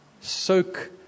Soak